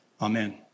Amen